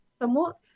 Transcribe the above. somewhat